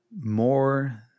more